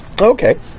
Okay